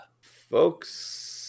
Folks